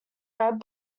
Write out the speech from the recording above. read